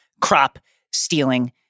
crop-stealing